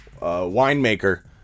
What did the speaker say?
winemaker